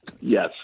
Yes